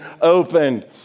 opened